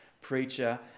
preacher